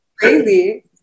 crazy